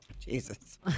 Jesus